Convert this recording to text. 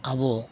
ᱟᱵᱚ